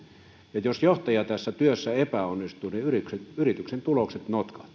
irti jos johtaja tässä työssä epäonnistuu niin yrityksen tulokset notkahtavat